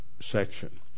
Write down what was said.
section